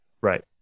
Right